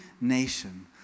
nation